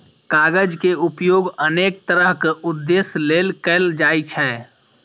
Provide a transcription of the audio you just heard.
कागज के उपयोग अनेक तरहक उद्देश्य लेल कैल जाइ छै